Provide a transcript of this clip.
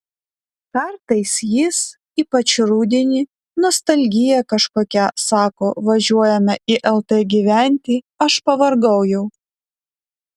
kartais jis ypač rudenį nostalgija kažkokia sako važiuojame į lt gyventi aš pavargau jau